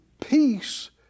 peace